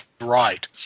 right